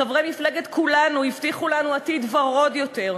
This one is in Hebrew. חברי מפלגת כולנו הבטיחו לנו עתיד ורוד יותר,